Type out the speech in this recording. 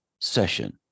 session